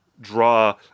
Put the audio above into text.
draw